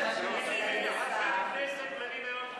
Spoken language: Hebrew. חבר הכנסת בילסקי,